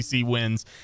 wins